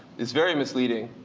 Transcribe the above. is very misleading.